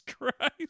Christ